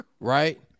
Right